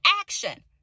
action